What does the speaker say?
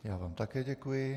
Já vám také děkuji.